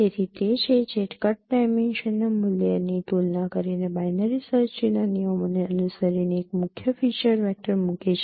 તેથી તે છે જે કટ ડાયમેન્શન ના મૂલ્યની તુલના કરીને બાઈનરી સર્ચ ટ્રીના નિયમોને અનુસરીને એક મુખ્ય ફીચર વેક્ટર મૂકે છે